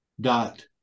dot